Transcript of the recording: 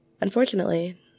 Unfortunately